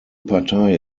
partei